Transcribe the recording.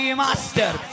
master